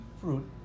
fruit